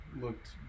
looked